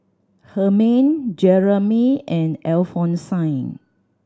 Hermine Jeramy and Alphonsine